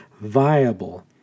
viable